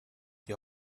die